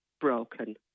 broken